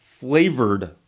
Flavored